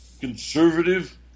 conservative